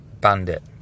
bandit